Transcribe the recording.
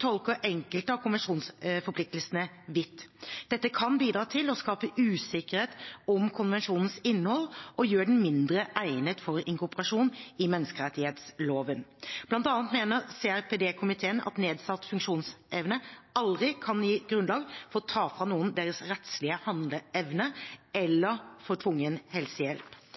tolker enkelte av konvensjonsforpliktelsene vidt. Dette kan bidra til å skape usikkerhet om konvensjonens innhold og gjør den mindre egnet for inkorporasjon i menneskerettsloven. Blant annet mener CRPD-komiteen at nedsatt funksjonsevne aldri kan gi grunnlag for å ta fra noen deres rettslige handleevne